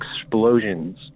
explosions